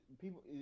people